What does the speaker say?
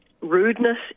rudeness